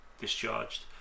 discharged